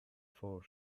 four